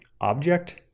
object